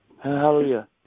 Hallelujah